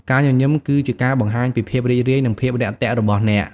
ការញញឹមគឺជាការបង្ហាញពីភាពរីករាយនិងភាពរាក់ទាក់របស់អ្នក។